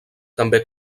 també